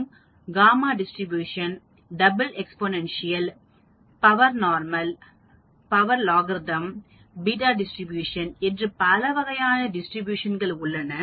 மற்றும் gamma distribution double exponential power normal power log அர்த்தம் beta distribution என்று பலவகையான டிஸ்ட்ரிபியூஷன் உள்ளன